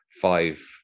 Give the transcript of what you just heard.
five